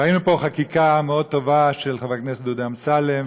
ראינו פה חקיקה טובה מאוד של חבר הכנסת דודי אמסלם,